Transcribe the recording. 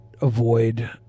avoid